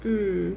mm